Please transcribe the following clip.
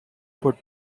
foot